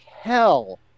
hell